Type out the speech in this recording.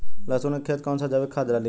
लहसुन के खेत कौन सा जैविक खाद डाली?